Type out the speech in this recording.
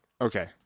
Okay